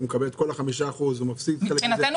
מקבל את כל ה-5% או מפסיד חלק מזה?